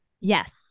Yes